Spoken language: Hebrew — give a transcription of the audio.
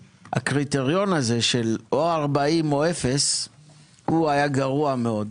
הקריטריון הזה של או 40% או אפס היה גרוע מאוד,